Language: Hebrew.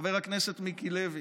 חבר הכנסת מיקי לוי,